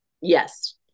Yes